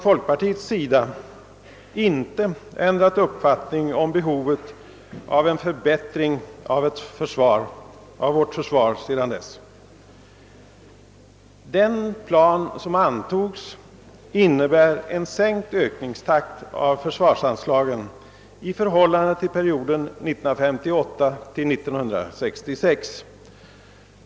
Folkpartiet har inte ändrat uppfattning om : behovet av en förbättring av vårt försvar sedan dess. Den plan som antogs innebär en sänkt ökningstakt av försvarsanslagen i förhållande till perioden 1958—1966.